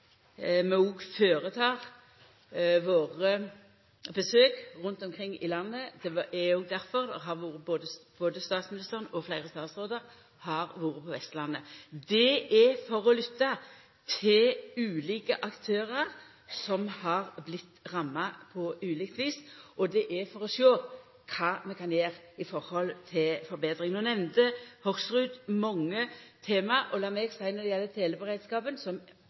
besøk rundt omkring i landet. Det er òg difor både statsministeren og fleire statsrådar har vore på Vestlandet. Det er for å lytta til ulike aktørar som har vorte ramma på ulikt vis, og det er for å sjå kva vi kan gjera av forbetringar. No nemnde Hoksrud mange tema, men lat meg seia at det